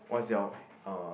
what's your uh